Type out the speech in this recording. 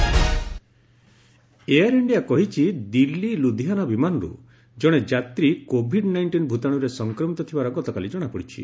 air India passenger Air India କହିଛି ଦିଲ୍ଲୀ ଲୁଧିଆନା ବିମାନରୁ ଜଣେ ଯାତ୍ରୀ କୋଭିଡ୍ ନାଇଷ୍ଟିନ୍ ଭୂତାଣ୍ରରେ ସଂକ୍ମିତ ଥିବାର ଗତକାଲି ଜଣାପଡ଼ିଛି